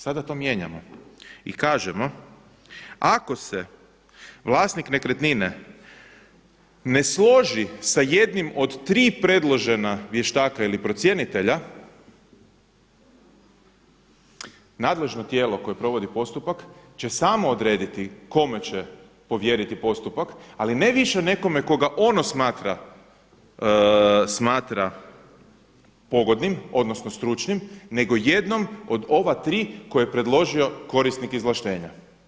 Sada to mijenjamo i kažemo ako se vlasnik nekretnine ne složi sa jednim od tri predložena vještaka ili procjenitelja nadležno tijelo koje provodi postupak će samo odrediti kome će povjeriti postupak, ali ne više nekome koga ono smatra pogodnim odnosno stručnim, nego jednom od ova tri koje je predložio korisnik izvlaštenja.